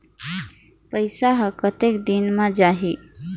पइसा हर कतेक दिन मे जाही?